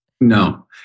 No